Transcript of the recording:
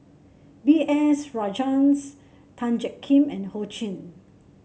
B S Rajhans Tan Jiak Kim and Ho Ching